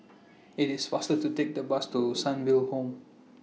IT IS faster to Take The Bus to Sunnyville Home